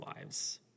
lives